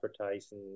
advertising